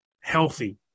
healthy